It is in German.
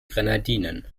grenadinen